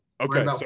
Okay